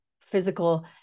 physical